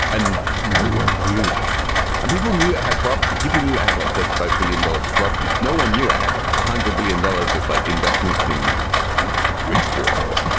and no one you and people knew had property. people knew adler, thirty five billion dollars of property. no one knew it had a hundred billion dollars of like investments in rich water